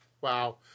Wow